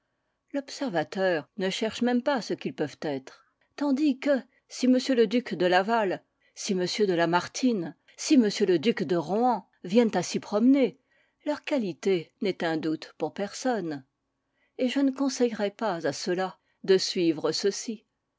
l'observateur ne cherche même pas ce qu'ils peuvent être tandis que si m le duc de laval si m de lamartine si m le duc de rohan viennent à s'y promener leur qualité n'est un doute pour personne et je ne conseillerais pas à ceux-là de suivre ceux-ci